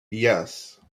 yes